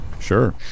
sure